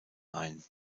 ein